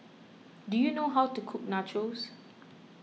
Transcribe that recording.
do you know how to cook Nachos